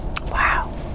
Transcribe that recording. Wow